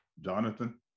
Jonathan